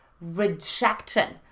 rejection